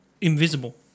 Invisible